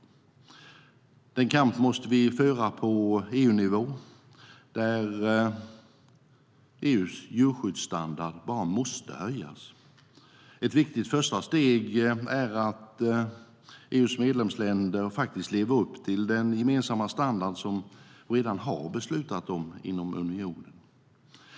Vi måste också föra kampen på EU-nivå, där EU:s djurskyddsstandard bara måste höjas. Ett viktigt första steg är att EU:s medlemsländer faktiskt lever upp till den gemensamma standard som vi redan har beslutat om inom unionen.